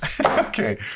Okay